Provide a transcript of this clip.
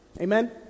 Amen